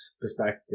perspective